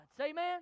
Amen